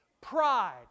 pride